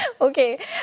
Okay